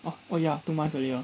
oh oh ya two months already hor